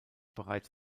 bereits